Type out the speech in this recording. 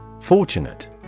Fortunate